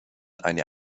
eine